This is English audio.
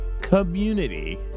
community